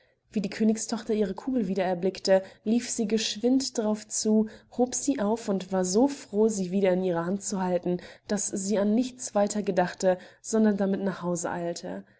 wie die königstochter ihre kugel wieder erblickte lief sie geschwind darauf zu hob sie auf und war so froh sie wieder in ihrer hand zu halten daß sie an nichts weiter gedachte sondern damit nach haus eilte